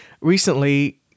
recently